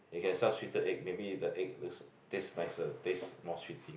you can sell sweetened egg maybe the egg taste nicer taste more sweet